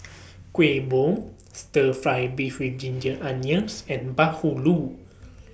Kuih Bom Stir Fry Beef with Ginger Onions and Bahulu